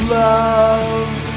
love